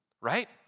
right